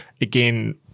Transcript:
again